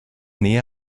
nähe